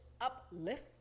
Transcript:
uplift